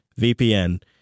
VPN